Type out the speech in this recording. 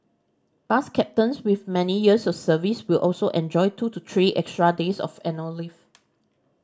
bus captains with manye years of service will also enjoy two to three extra days of annual leave